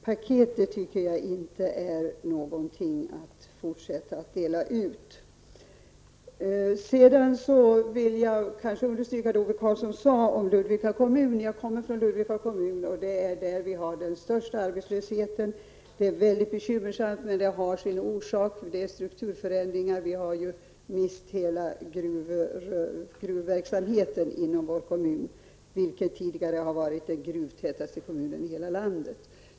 Jag tycker alltså inte att man bör fortsätta att dela ut paket. Jag vill understryka vad Ove Karlsson sade om Ludvika kommun. Jag bor i Ludvika kommun, och det är där vi har den största arbetslösheten i regionen. Situationen är mycket bekymmersam, och den har sina orsaker. Det har varit strukturförändringar, och vi har förlorat hela gruvverksamheten inom vår kommun, som tidigare var den gruvtätaste kommunen i hela landet.